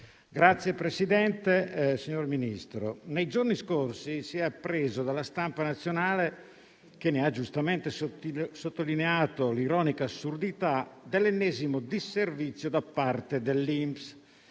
Signor Presidente, signor Ministro, nei giorni scorsi si è appreso dalla stampa nazionale, che ne ha giustamente sottolineato l'ironica assurdità, l'ennesimo disservizio da parte dell'INPS.